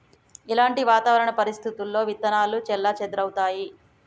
ఎలాంటి వాతావరణ పరిస్థితుల్లో విత్తనాలు చెల్లాచెదరవుతయీ?